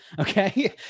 Okay